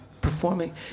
Performing